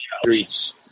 streets